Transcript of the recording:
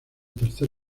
tercer